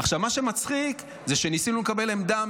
מה שמצחיק שניסינו לקבל עמדה,